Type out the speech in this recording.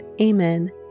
Amen